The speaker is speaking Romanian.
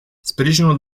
sprijinul